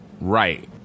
Right